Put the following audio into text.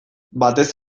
batez